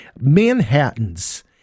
Manhattans